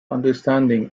understanding